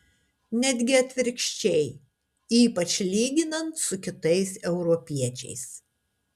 netgi atvirkščiai ypač lyginant su kitais europiečiais